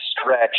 stretch